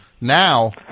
Now